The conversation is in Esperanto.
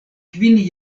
kvin